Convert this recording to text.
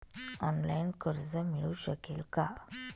Online कर्ज मिळू शकेल का?